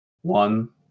one